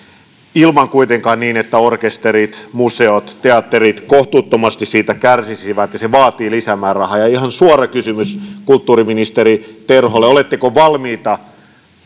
ei kuitenkaan niin että orkesterit museot teatterit kohtuuttomasti siitä kärsisivät ja se vaatii lisämäärärahaa ihan suora kysymys kulttuuriministeri terholle oletteko valmis